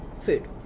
food